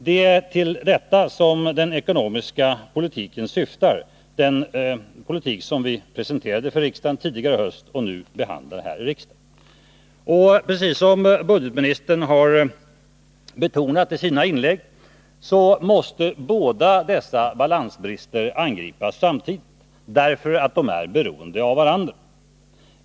Det är till detta som den ekonomiska politiken syftar, den politik som vi presenterade för riksdagen tidigare i höst och nu behandlar i riksdagen. Som budgetministern har betonat i sina inlägg måste båda dessa balansbrister angripas samtidigt, därför att de är beroende av varandra.